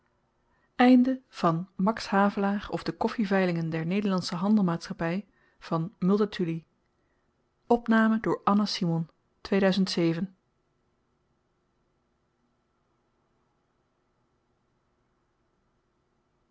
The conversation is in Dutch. max havelaar of de koffiveilingen der nederlandsche handelmaatschappy